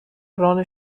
ران